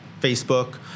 Facebook